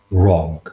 wrong